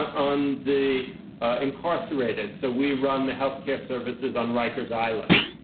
on the incarcerated, so we run the healthcare services on rikers island.